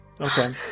Okay